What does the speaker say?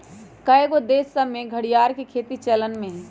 कएगो देश सभ में घरिआर के खेती चलन में हइ